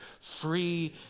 free